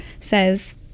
says